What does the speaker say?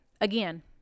again